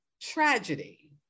tragedy